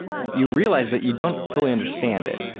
you realize that you don't fully understand it.